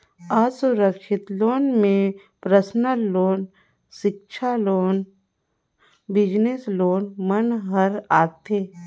असुरक्छित लोन में personal loan, सिक्छा लोन, बिजनेस लोन मन हर आथे